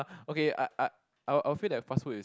okay I I I will afraid that fast food is